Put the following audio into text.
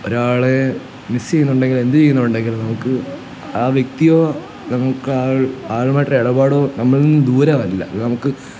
ഒരാളെ മിസ്സ്യ്യുന്നുണ്ടങ്കിലെന്ത് ചെയ്യുന്നുണ്ടെങ്കിൽ നമുക്ക് ആ വ്യക്തിയോ നമുക്കാ ആരുമായിട്ടൊരു ഇടപാടോ നമ്മളിൽ നിന്നും ദൂരമല്ല അത് നമുക്ക്